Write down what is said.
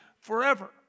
forever